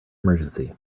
emergency